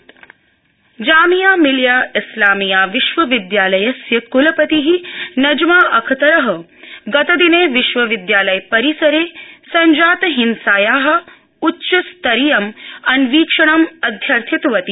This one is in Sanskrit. जामिया कलपति जामिया मिलिया इस्लामिया विश्वविदयालयस्य कलपति नजमाअखतर गतदिने विश्वविदयालय परिसरे संजात हिंसाया उच्चस्तरीयम् अन्वीक्षणं अध्यर्थितवती